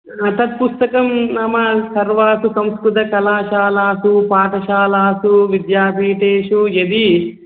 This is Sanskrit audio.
तत् पुस्तकं नाम सर्वासु संस्कृतकलाशालासु पाठशालासु विद्यापीठेषु यदि